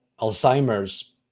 Alzheimer's